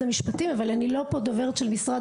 המשפטים אבל אני לא פה כדוברת של משרד